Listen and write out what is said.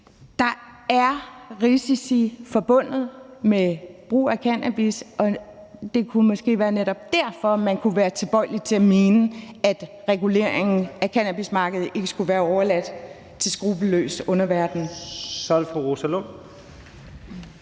Der er risici forbundet med brug af cannabis, og det kunne måske netop være derfor, man kunne være tilbøjelig til at mene, at regulering af cannabismarkedet ikke skulle være overladt til en skruppelløs underverden.